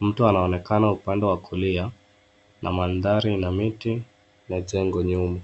Mtu anaonekana upande wa kulia na mandhari na miti la jengo nyuma.